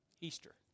Easter